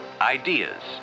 ideas